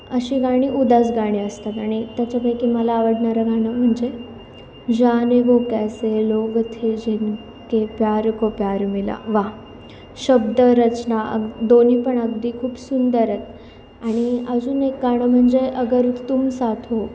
अशी गाणी उदास गाणी असतात आणि त्याच्यापैकी मला आवडणारं गाणं म्हणजे जाने वो कैसे लोग थे जिनके प्यार को प्यार मिला वा शब्द रचना अग दोन्ही पण अगदी खूप सुंदर आहेत आणि अजून एक गाणं म्हणजे अगर तुम साथ हो